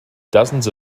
dozens